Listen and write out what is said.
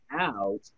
out